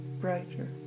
brighter